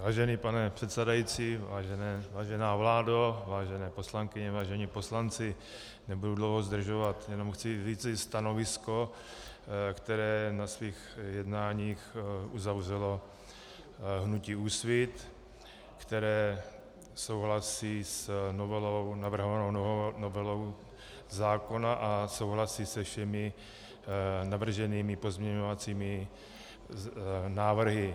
Vážený pane předsedající, vážená vládo, vážené poslankyně, vážení poslanci, nebudu dlouho zdržovat, jenom chci říct stanovisko, které na svých jednáních uzavřelo hnutí Úsvit, které souhlasí s navrhovanou novelou zákona a souhlasí se všemi navrženými pozměňovacími návrhy.